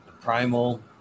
Primal